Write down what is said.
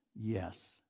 yes